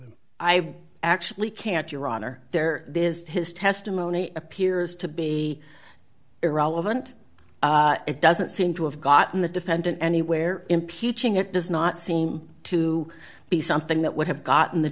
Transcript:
him i actually can't your honor there is to his testimony appears to be irrelevant it doesn't seem to have gotten the defendant anywhere impeaching it does not seem to be something that would have gotten the